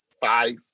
five